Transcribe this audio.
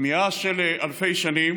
כמיהה של אלפי שנים